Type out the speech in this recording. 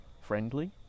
friendly